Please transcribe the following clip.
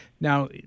Now